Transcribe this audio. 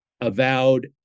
avowed